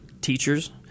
teachers